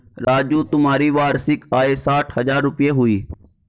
राजू तुम्हारी वार्षिक आय साठ हज़ार रूपय हुई